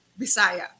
Bisaya